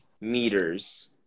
meters